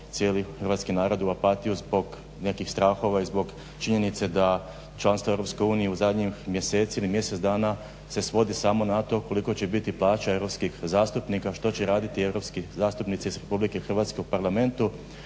cijeli hrvatski narod u apatiju zbog nekih strahova i zbog činjenice da članstvo u EU u zadnjih mjeseci ili mjesec dana se svodi samo na to koliko će biti plaća europskih zastupnika, što će raditi europski zastupnici iz RH u parlamentu,